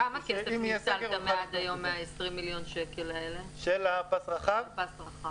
כמה כסף ניצלתם עד היום מה-20 מיליון שקל האלה של הפס רחב?